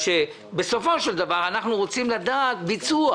בסופו של דבר אנחנו רוצים לדעת ביצוע